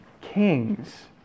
kings